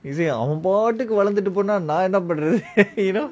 அவன் பாட்டு வாழந்துட்டு போன நான் என்ன பண்றது:avan paatu vanlanthutu pona naan enna panrathu